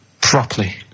properly